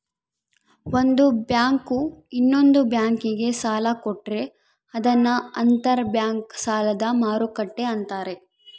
ಒಂದು ಬ್ಯಾಂಕು ಇನ್ನೊಂದ್ ಬ್ಯಾಂಕಿಗೆ ಸಾಲ ಕೊಟ್ರೆ ಅದನ್ನ ಅಂತರ್ ಬ್ಯಾಂಕ್ ಸಾಲದ ಮರುಕ್ಕಟ್ಟೆ ಅಂತಾರೆ